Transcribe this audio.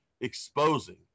exposing